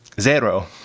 zero